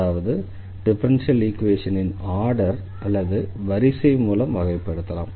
அதாவது டிஃபரன்ஷியல் ஈக்வேஷனின் ஆர்டர் அதாவது 'வரிசை' மூலம் வகைப்படுத்தலாம்